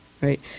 right